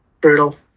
Brutal